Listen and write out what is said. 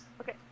Okay